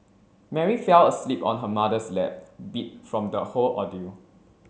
Mary fell asleep on her mother's lap beat from the whole ordeal